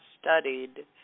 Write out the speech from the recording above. studied